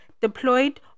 deployed